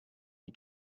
you